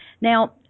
Now